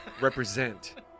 Represent